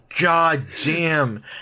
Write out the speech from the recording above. goddamn